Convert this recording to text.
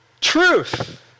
Truth